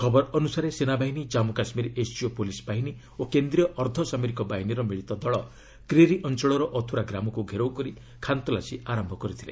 ଖବର ଅନୁସାରେ ସେନାବାହିନୀ ଜମ୍ମୁ କାଶ୍ମୀର ଏସ୍ଓଜି ପୁଲିସ୍ ବାହିନୀ ଓ କେନ୍ଦ୍ରୀୟ ଅର୍ଦ୍ଧସାମରିକ ବାହିନୀର ମିଳିତ ଦଳ କ୍ରିରି ଅଞ୍ଚଳର ଅଥୁରା ଗ୍ରାମକୁ ଘେରାଉ କରି ଖାନ୍ତଲାସୀ ଆରମ୍ଭ କରିଥିଲେ